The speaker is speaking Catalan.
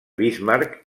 bismarck